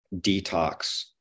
detox